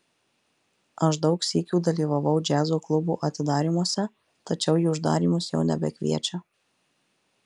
aš daug sykių dalyvavau džiazo klubų atidarymuose tačiau į uždarymus jau nebekviečia